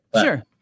Sure